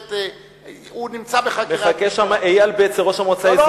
הוא נמצא בחקירה מחכים שם אייל בצר,